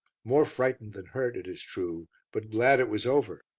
more frightened than hurt, it is true, but glad it was over,